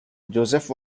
joseph